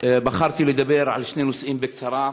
בחרתי לדבר על שני נושאים בקצרה.